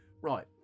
Right